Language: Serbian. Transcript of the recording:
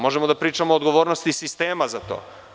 Možemo da pričamo o odgovornosti sistema za to.